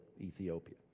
Ethiopia